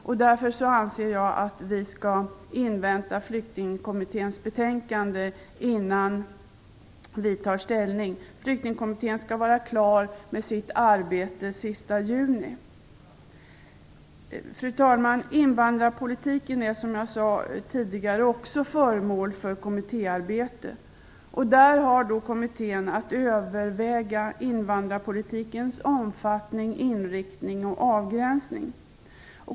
Jag anser därför att vi skall invänta Flyktingkommitténs betänkande innan vi tar ställning. Flyktingkommittén skall vara klar med sitt arbete den sista juni. Fru talman! Invandrarpolitiken är som jag sade tidigare också föremål för kommittéarbete. Där har kommittén att överväga invandrarpolitikens omfattning, inriktning och avgränsning.